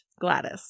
Gladys